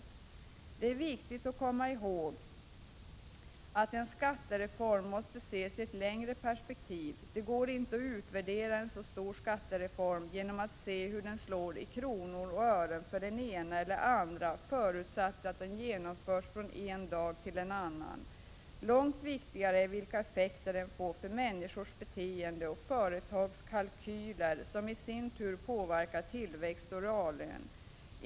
Det är viktigt att komma ihåg att en skattereform måste ses i ett längre perspektiv. Det går inte att utvärdera en så stor reform genom att se hur den slår i kronor och ören för den ena eller andra, förutsatt att den genomförs från en dag till en annan. Långt viktigare är vilka effekter den får för människors beteende och företagskalkyler som i sin tur påverkar tillväxt och reallön.